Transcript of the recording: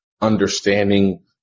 understanding